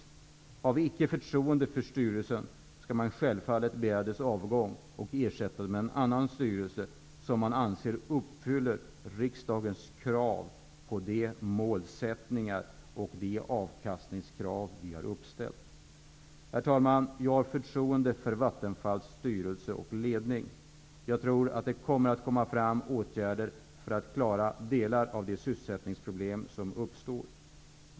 Om man inte har förtroende för styrelsen skall man självfallet begära dess avgång och ersätta den med en annan styrelse som man anser uppfyller de krav när det gäller mål och avkastning som riksdagen har ställt. Herr talman! Jag har förtroende för Vattenfalls styrelse och ledning. Jag tror att det kommer att vidtas åtgärder för att klara delar av de sysselsättingsproblem som uppstår.